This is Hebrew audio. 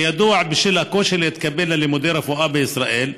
כידוע, בשל הקושי להתקבל ללימודי רפואה בישראל,